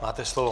Máte slovo.